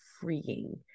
freeing